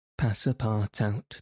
Passapartout